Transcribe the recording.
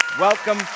Welcome